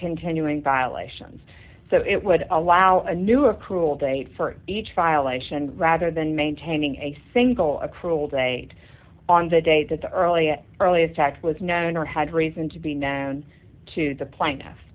continuing violations so it would allow a new a cruel date for each violation rather than maintaining a single accrual day on the day that the early earliest act was known or had reason to be known to the plaintiff